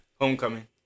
Homecoming